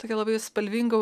tokia labai spalvingu